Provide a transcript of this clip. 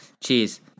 Cheers